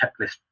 checklist